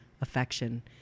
affection